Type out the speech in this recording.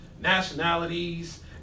nationalities